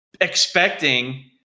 expecting